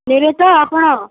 ନେବେ ତ ଆପଣ